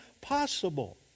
possible